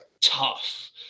tough